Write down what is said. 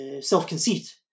Self-conceit